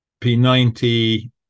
P90